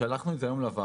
שלחנו את זה היום לוועדה.